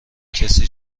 کسی